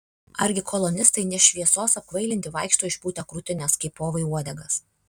argi kolonistai ne šviesos apkvailinti vaikšto išpūtę krūtines kaip povai uodegas